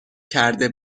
کرده